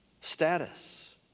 status